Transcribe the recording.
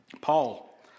Paul